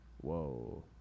Whoa